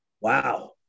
wow